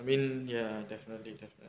I mean ya definitely